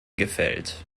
gefällt